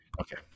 okay